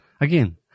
Again